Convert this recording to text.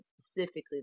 specifically